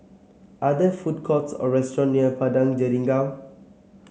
are there food courts or restaurant near Padang Jeringau